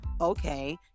Okay